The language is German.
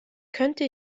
könnte